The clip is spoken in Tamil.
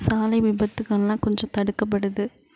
சாலை விபத்துக்கள்லாம் கொஞ்சம் தடுக்கப்படுது